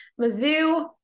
Mizzou